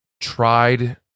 tried